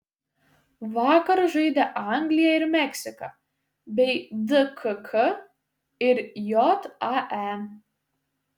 vakar žaidė anglija ir meksika bei dkk ir jae